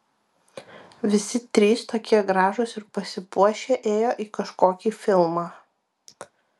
visi trys tokie gražūs ir pasipuošę ėjo į kažkokį filmą